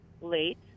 late